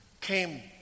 came